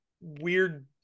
weird